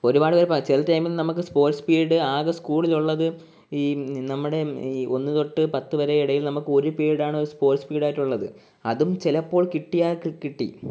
ഒരുപാടുപേർ ചില ടൈമിൽ നമുക്ക് സ്പോർട്സ് പിരീഡ് ആകെ സ്കൂളിലുള്ളത് ഈ നമ്മുടെ ഈ ഒന്നു തൊട്ട് പത്തു വരെ ഇടയിൽ ഒരു പിരീഡ് ആണ് നമുക്ക് സ്പോർട്സ് പിരീഡ് ആയിട്ടുള്ളത് അതും ചിലപ്പോൾ കിട്ടിയാൽ കിട്ടി